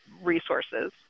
resources